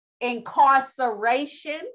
Incarceration